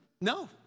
No